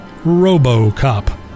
RoboCop